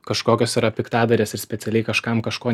kažkokios yra piktadarės ir specialiai kažkam kažko